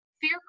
fear